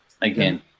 Again